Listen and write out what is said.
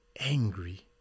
angry